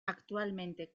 actualmente